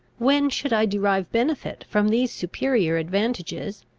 when should i derive benefit from these superior advantages,